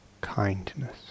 Kindness